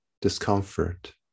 discomfort